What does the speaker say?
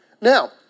Now